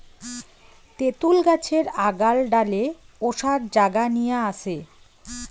তেতুল গছের আগাল ভালে ওসার জাগা নিয়া আছে